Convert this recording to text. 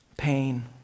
Pain